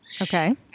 okay